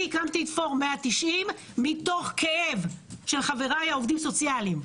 אני הקמתי את פורום 190 מתוך כאב של חבריי העובדים הסוציאליים.